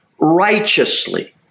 righteously